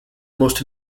most